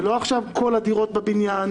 ולא עכשיו כל הדירות בבניין,